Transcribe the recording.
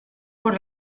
por